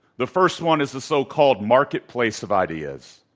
the first one is the so-called marketplace of ideas.